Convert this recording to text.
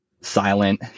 silent